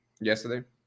yesterday